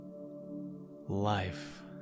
life